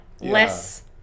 less